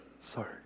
Sorry